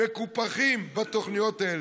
מקופחים בתוכניות האלה,